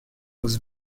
was